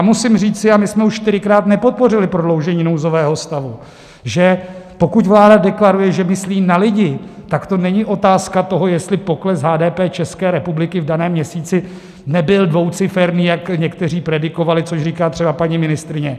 Musím říci, a my jsme už čtyřikrát nepodpořili prodloužení nouzového stavu, že pokud vláda deklaruje, že myslí na lidi, tak to není otázka toho, jestli pokles HDP České republiky v daném měsíci nebyl dvouciferný, jak někteří predikovali, což říká třeba paní ministryně.